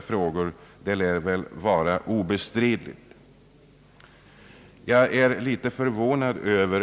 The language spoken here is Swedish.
Utskotismajoriteten förklarar att man hyser förståelse för synpunkterna i motionen.